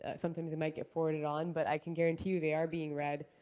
ah sometimes it might get forwarded on, but i can guarantee you they are being read,